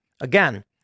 Again